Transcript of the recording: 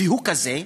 והוא כזה,